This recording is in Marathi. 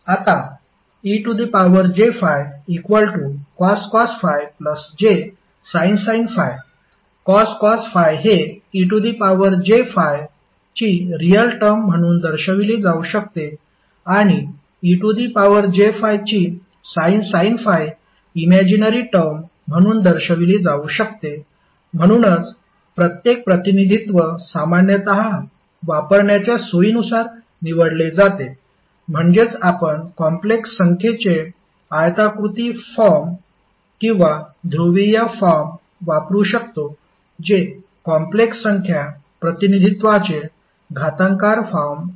आता ej∅cos ∅ jsin ∅ cos ∅ हे ej∅ ची रियल टर्म म्हणून दर्शविली जाऊ शकते आणि ej∅ ची sin ∅ इमॅजीनरी टर्म म्हणून दर्शविली जाऊ शकते म्हणूनच प्रत्येक प्रतिनिधित्व सामान्यत वापरण्याच्या सोयीनुसार निवडले जाते म्हणजेच आपण कॉम्प्लेक्स संख्येचे आयताकृती फॉर्म किंवा ध्रुवीय फॉर्म वापरू शकतो जे कॉम्प्लेक्स संख्या प्रतिनिधित्वाचे घातांकार फॉर्म आहे